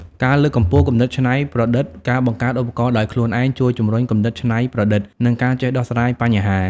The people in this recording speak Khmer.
ការលើកកម្ពស់គំនិតច្នៃប្រឌិត ការបង្កើតឧបករណ៍ដោយខ្លួនឯងជួយជំរុញគំនិតច្នៃប្រឌិត និងការចេះដោះស្រាយបញ្ហា។